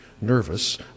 nervous